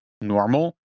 normal